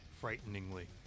Frighteningly